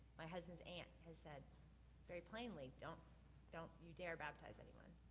my husband's aunt has said very plainly, don't don't you dare baptize anyone.